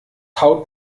haut